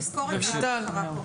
תזכור את מה שקרה פה.